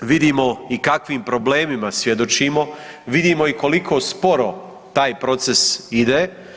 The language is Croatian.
Vidimo i kakvim problemima svjedočimo, vidimo i koliko sporo taj proces ide.